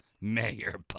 Mayor